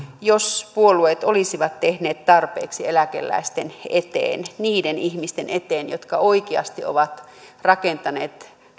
jos puolueet olisivat tehneet tarpeeksi eläkeläisten eteen niiden ihmisten eteen jotka oikeasti ovat rakentaneet